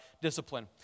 discipline